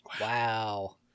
Wow